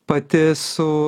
pati su